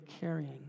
carrying